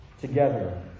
together